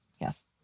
Yes